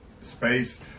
space